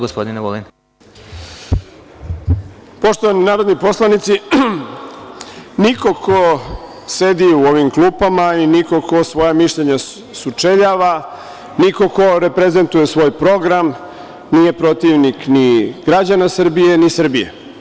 Poštovani narodni poslanici, niko ko sedi u ovim klupama i niko ko svoja mišljenja sučeljava, niko ko reprezentuje svoj program nije protivnik ni građana Srbije, ni Srbije.